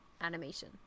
animation